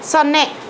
ಸೊನ್ನೆ